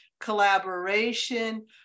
collaboration